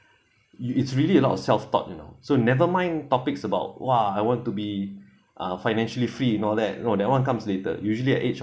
you it's really a lot of self taught you know so never mind topics about !wah! I want to be uh financially free and all that you know that one comes later usually at age of